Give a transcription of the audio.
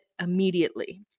immediately